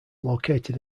located